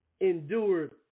endured